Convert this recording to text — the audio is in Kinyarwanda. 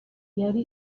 yari